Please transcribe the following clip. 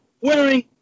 wearing